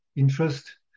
interest